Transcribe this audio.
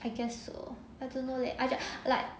I guess so I don't know leh I just like